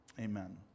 Amen